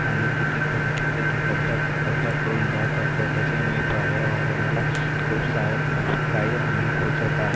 आणि तिथे क तेथे कचरा कचरा करून जात असता त्याच्यामुळे पर्यावरणाला खूप सारं खूप काही हानी पोहोचत आहे